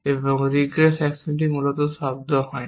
এবং রিগ্রেস অ্যাকশনটি মূলত শব্দ হয় না